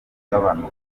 ugabanuka